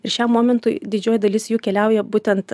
ir šiam momentui didžioji dalis jų keliauja būtent